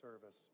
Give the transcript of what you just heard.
service